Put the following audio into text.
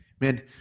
Man